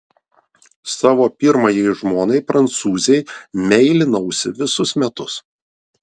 savo pirmajai žmonai prancūzei meilinausi visus metus